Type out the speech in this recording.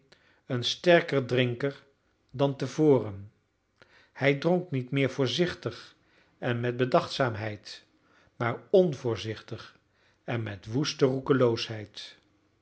een sterker drinker dan te voren hij dronk niet meer voorzichtig en met bedachtzaamheid maar onvoorzichtig en met woeste